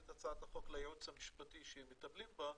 את הצעת החוק לייעוץ המשפטי שמטפלים בה,